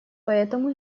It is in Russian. поэтому